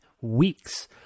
weeks